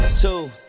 two